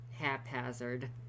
haphazard